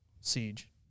Siege